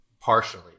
partially